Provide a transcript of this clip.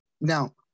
Now